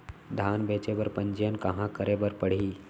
धान बेचे बर पंजीयन कहाँ करे बर पड़ही?